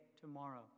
tomorrow